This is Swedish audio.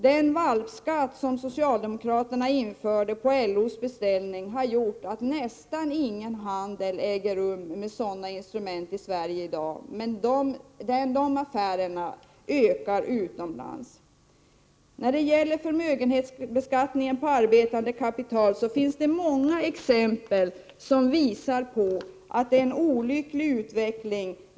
Den ”valpskatt” som socialdemokraterna införde på LO:s beställning har gjort att nästan ingen handel äger rum med sådana instrument i Sverige i dag, men de affärerna ökar utomlands. När det gäller förmögenhetsbeskattningen på arbetande kapital finns det många exempel som visar på en olycklig utveckling.